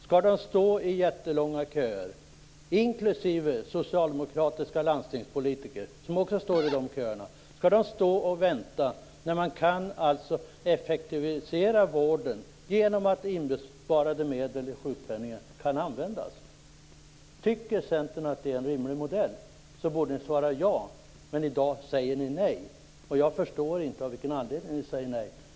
Skall de - inklusive socialdemokratiska landstingspolitiker som också står i köerna - stå i jättelånga köer och vänta när man kan effektivisera vården genom att använda inbesparade medel i sjukpenningen? Tycker ni i Centern att det är en rimlig modell borde ni svara ja, men i dag säger ni nej. Jag förstår inte av vilken anledning ni säger nej.